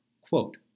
Quote